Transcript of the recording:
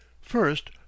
First